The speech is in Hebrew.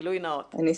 גילוי נאות.